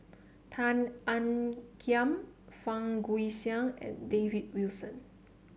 Tan Ean Kiam Fang Guixiang and David Wilson